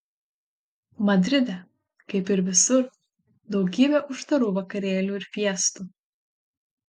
madride kaip ir visur daugybė uždarų vakarėlių ir fiestų